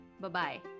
Bye-bye